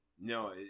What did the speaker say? No